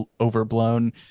overblown